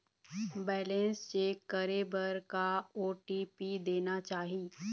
Balance check करे बर का ओ.टी.पी देना चाही?